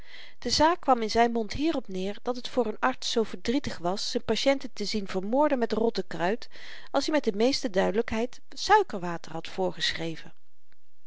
de zaak kwam in zyn mond hierop neer dat het voor n arts zoo verdrietig was z'n patienten te zien vermoorden met rottekruid als i met de meeste duidelykheid suikerwater had voorgeschreven